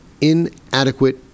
Inadequate